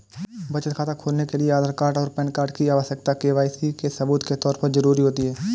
बचत खाता खोलने के लिए आधार कार्ड और पैन कार्ड की आवश्यकता के.वाई.सी के सबूत के तौर पर ज़रूरी होती है